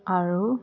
আৰু